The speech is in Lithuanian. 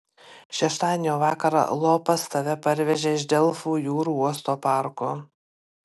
šeštadienio vakarą lopas tave parvežė iš delfų jūrų uosto parko